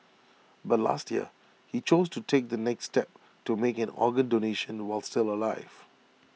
but last year he chose to take the next step to make an organ donation while still alive